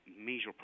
major